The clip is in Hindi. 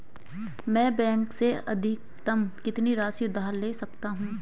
मैं बैंक से अधिकतम कितनी राशि उधार ले सकता हूँ?